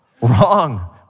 Wrong